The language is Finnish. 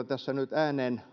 tässä nyt ääneen